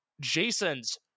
Jason's